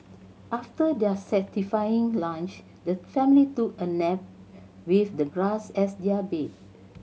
after their satisfying lunch the family took a nap with the grass as their bed